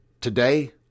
today